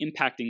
impacting